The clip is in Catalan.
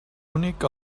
únic